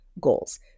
goals